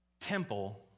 temple